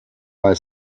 mal